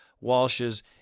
Walsh's